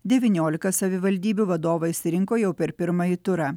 devyniolika savivaldybių vadovą išsirinko jau per pirmąjį turą